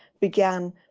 began